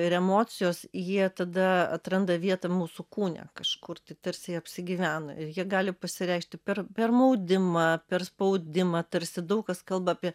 ir emocijos jie tada atranda vietą mūsų kūne kažkur tarsi apsigyvena jie gali pasireikšti per per maudimą per spaudimą tarsi daug kas kalba apie